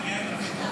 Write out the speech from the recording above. אצל יאיר לפיד.